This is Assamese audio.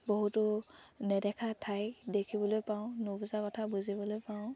বহুতো নেদেখা ঠাই দেখিবলৈ পাওঁ নোবোজা কথা বুজিবলৈ পাওঁ